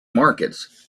markets